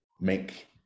make